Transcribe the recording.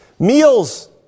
Meals